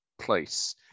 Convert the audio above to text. place